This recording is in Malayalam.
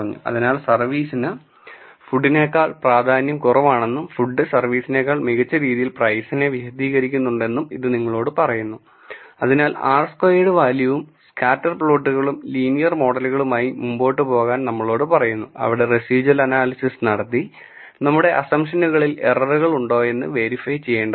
അതിനാൽ സർവീസിന് ഫുഡിനെക്കാൾ പ്രാധാന്യം കുറവാണെന്നും ഫുഡ് സർവീസിനേക്കാൾ മികച്ച രീതിയിൽ പ്രൈസിനെ വിശദീകരിക്കുന്നുണ്ടെന്നും ഇത് നിങ്ങളോട് പറയുന്നു അതിനാൽ r സ്ക്വയേർഡ് വാല്യൂവും സ്കാറ്റർ പ്ലോട്ടുകളും ലീനിയർ മോഡലുമായി മുന്നോട്ട് പോകാൻ നമ്മളോടു പറയുന്നു അവിടെ റെസിഡ്യൂവൽ അനാലിസിസ് നടത്തി നമ്മുടെ അസംഷനുകളിൽ ഏററുകൾ ഉണ്ടോയെന്ന് വെരിഫൈ ചെയ്യേണ്ടതാണ്